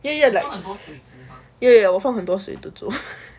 ya ya like 我放很多水 to 煮